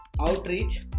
outreach